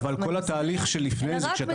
אבל כל התהליך של לפני זה.